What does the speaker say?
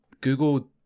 Google